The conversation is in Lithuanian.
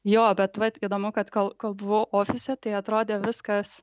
jo bet vat įdomu kad kol kalbu ofise tai atrodė viskas